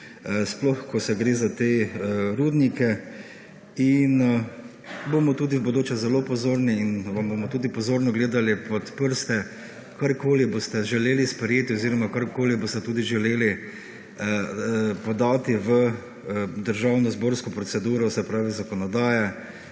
sploh, ko se gre za te rudnike in bomo tudi v bodoče zelo pozorni in vam bomo tudi pozorno gledali pod prste, karkoli boste želeli sprejeti oziroma karkoli boste tudi želeli podati v državnozborsko proceduro, se pravi zakonodajo.